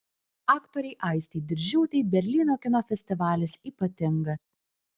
aktorei aistei diržiūtei berlyno kino festivalis ypatingas